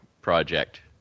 project